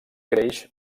creix